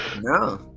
no